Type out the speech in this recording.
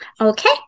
Okay